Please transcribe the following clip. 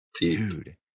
dude